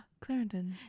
Clarendon